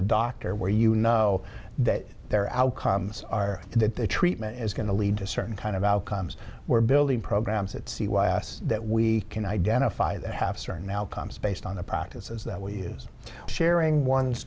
a doctor where you know that their outcomes are that the treatment is going to lead to certain kind of outcomes we're building programs that c y s that we can identify that have certain outcomes based on the practices that we use sharing one